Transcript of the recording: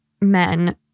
men